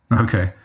Okay